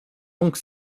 donc